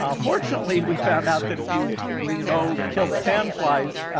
um fortunately, we found out that if you go kill the sand flies,